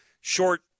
short